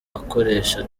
akoresha